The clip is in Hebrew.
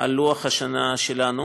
על לוח השנה שלנו,